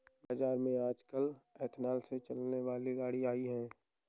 बाज़ार में आजकल एथेनॉल से चलने वाली गाड़ियां आई है